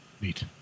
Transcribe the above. Neat